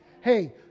Hey